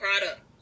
product